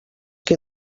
qui